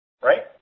right